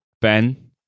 Ben